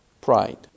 pride